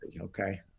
okay